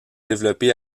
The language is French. développé